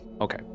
Okay